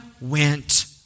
went